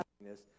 happiness